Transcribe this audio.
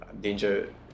danger